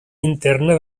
interna